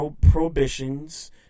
prohibitions